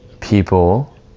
People